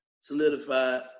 solidified